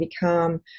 become